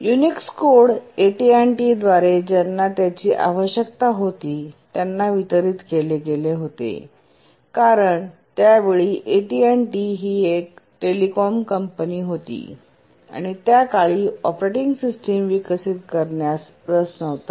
Unix code AT T द्वारे ज्यांना त्याची आवश्यकता होती त्यांना वितरित केले गेले होते कारण त्यावेळी AT T ही एक टेलिकॉम कंपनी होती आणि त्या काळी ऑपरेटिंग सिस्टम विकसित करण्यास रस नव्हता